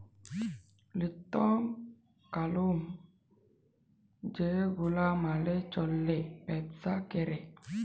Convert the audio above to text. লিওম কালুল যে গুলা মালে চল্যে ব্যবসা ক্যরে